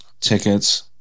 Tickets